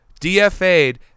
DFA'd